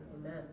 Amen